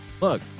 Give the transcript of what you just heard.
look